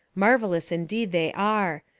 marvellous indeed they are.